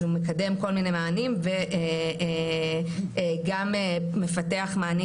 הוא מקדם כל מיני מענים וגם מפתח מענים